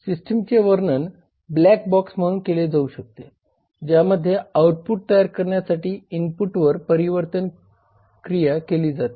सिस्टीमचे वर्णन black box म्हणून केले जाऊ शकते ज्यामध्ये आउटपुट तयार करण्यासाठी इनपुटवर परिवर्तन क्रिया केली जाते